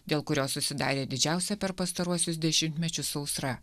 dėl kurio susidarė didžiausia per pastaruosius dešimtmečius sausra